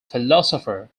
philosopher